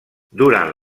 durant